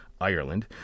Ireland